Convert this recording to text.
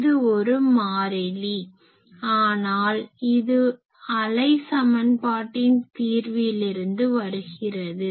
இது ஒரு மாறிலி ஆனால் இது அலை சமன்பாட்டின் தீர்விலிருந்து வருகிறது